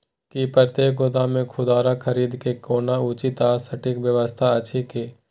की प्रतेक गोदाम मे खुदरा खरीद के कोनो उचित आ सटिक व्यवस्था अछि की?